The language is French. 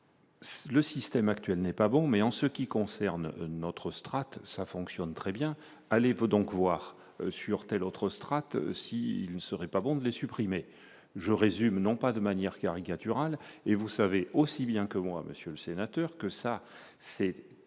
le système actuel n'est pas bon, mais en ce qui concerne notre strate, ça fonctionne très bien, allez-vous donc voir sur telle autre strate si il ne serait pas bon de les supprimer, je résume, non pas de manière caricaturale et vous savez aussi bien que moi, Monsieur le Sénateur que ça c'est